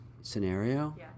scenario